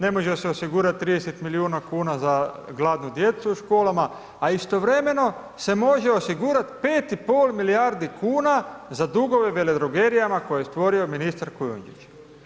Ne može se osigurati 30 milijuna kuna za gladnu djecu u školama a istovremeno se može osigurati 5,5 milijardi kuna za dugove veledrogerijama koje je stvorio ministar Kujundžić.